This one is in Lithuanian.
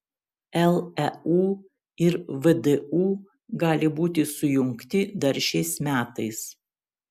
leu ir vdu gali būti sujungti dar šiais metais